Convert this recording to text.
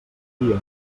dia